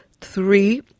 three